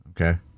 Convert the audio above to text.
okay